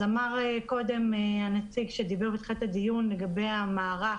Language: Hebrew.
אמר קודם הנציג שדיבר לגבי המערך,